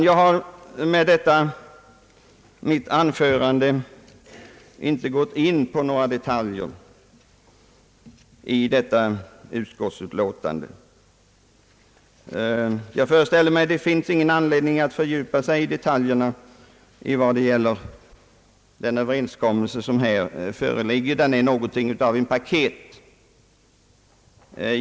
Jag har i mitt anförande inte gått in på några detaljer i detta utskottsutlåtande. Jag föreställer mig att det inte finns någon anledning att fördjupa sig i detaljerna vad beträffar den överenskommelse som här föreligger och som är någonting av en paketlösning.